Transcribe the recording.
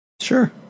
Sure